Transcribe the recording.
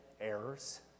errors